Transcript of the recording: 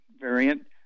variant